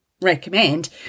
recommend